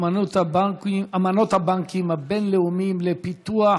אמנות הבנקים הבין-לאומיים לפיתוח